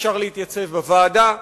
אפשר להתייצב בוועדה,